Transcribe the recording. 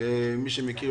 מי שמכיר,